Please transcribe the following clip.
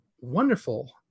wonderful